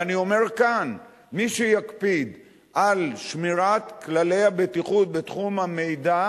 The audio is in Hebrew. ואני אומר כאן: מי שיקפיד על שמירת כללי הבטיחות בתחום המידע